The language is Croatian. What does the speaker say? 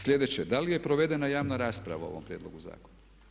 Slijedeće, da li je provedena javna rasprava o ovom prijedlogu zakona?